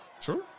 Sure